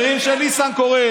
החברים של ניסנקורן.